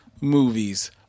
movies